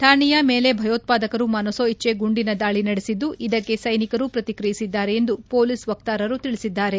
ಠಾಣೆಯ ಮೇಲೆ ಭಯೋತ್ವಾದಕರು ಮನಸೋ ಇಜ್ಲೆ ಗುಂಡಿನ ದಾಳಿ ನಡೆಸಿದ್ದು ಇದಕ್ಕೆ ಸೈನಿಕರು ಪ್ರತಿಕ್ರಿಯಿಸಿದ್ದಾರೆ ಎಂದು ಪೊಲೀಸ್ ವಕ್ತಾರರು ತಿಳಿಸಿದ್ದಾರೆ